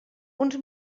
uns